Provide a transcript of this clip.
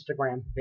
Instagram